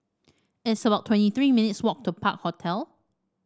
it's about twenty three minutes walk to Park Hotel